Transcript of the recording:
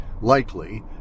likely